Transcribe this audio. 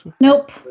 Nope